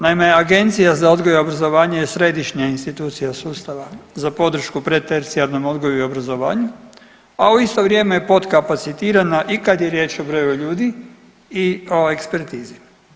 Naime, Agencija za odgoj i obrazovanje je središnja institucija sustava za podršku predtercijarnom odgoju i obrazovanju, a u isto vrijeme je podkapacitirana i kad je riječ o broju ljudi i o ekspertizi.